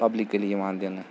publicly یِوان دِنہٕ